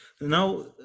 Now